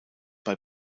bei